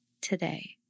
today